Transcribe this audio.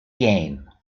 game